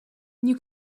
you